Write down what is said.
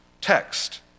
text